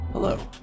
Hello